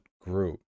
group